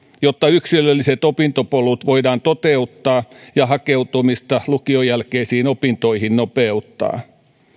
jotta yksilölliset opintopolut voidaan toteuttaa ja hakeutumista lukion jälkeisiin opintoihin nopeuttaa